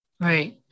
Right